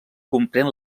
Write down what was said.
comprèn